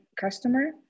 customer